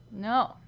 No